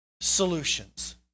solutions